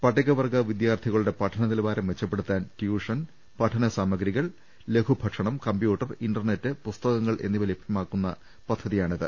പട്ടികവർഗ്ഗ വിദ്യാർത്ഥികളുടെ പഠനനില വാരം മെച്ചപ്പെടുത്താൻ ട്യൂഷൻ പഠനസാമഗ്രികൾ ലഘുഭക്ഷ ണം കമ്പ്യൂട്ടർ ഇന്റർനെറ്റ് പുസ്തകങ്ങൾ എന്നിവ ലഭ്യമാക്കുന്ന പദ്ധതിയാണിത്